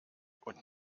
und